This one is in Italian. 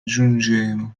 giungeva